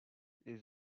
les